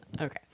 Okay